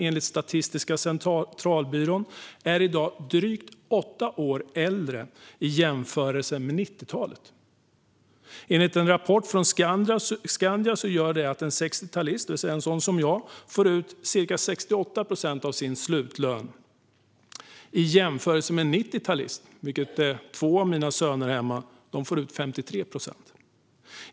Enligt Statistiska centralbyrån är etableringsåldern i dag drygt åtta år högre än den var på 90-talet. Enligt en rapport från Skandia gör detta att en 60-talist, det vill säga en sådan som jag, får ut ca 68 procent av sin slutlön medan en 90-talist - vilket inkluderar två av mina söner där hemma - får ut 53 procent.